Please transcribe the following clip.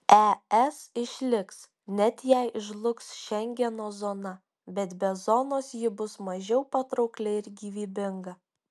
es išliks net jei žlugs šengeno zona bet be zonos ji bus mažiau patraukli ir gyvybinga